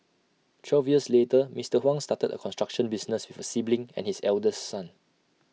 twelve years later Mister Huang started A construction business with A sibling and his eldest son